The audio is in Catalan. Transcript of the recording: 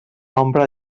ombra